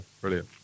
Brilliant